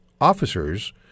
officers